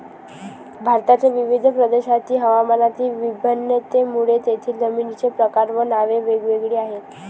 भारताच्या विविध प्रदेशांतील हवामानातील भिन्नतेमुळे तेथील जमिनींचे प्रकार व नावे वेगवेगळी आहेत